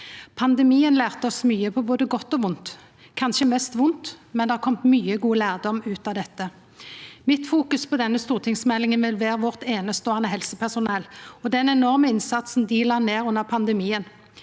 Pandemien lærte oss mykje både på godt og vondt – kanskje mest på vondt, men det har kome mykje god lærdom ut av dette. Mitt fokus når det gjeld denne stortingsmeldinga, vil vera på vårt eineståande helsepersonell og den enorme innsatsen dei la ned under pandemien.